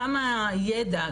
כמה ידע,